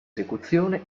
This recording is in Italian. esecuzione